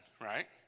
right